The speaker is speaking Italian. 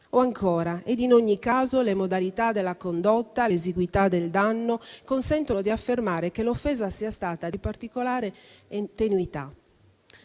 o ancora «ed in ogni caso, le modalità della condotta, l'esiguità del danno consentono di affermare che l'offesa sia stata di particolare tenuità».